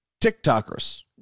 TikTokers